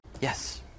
Yes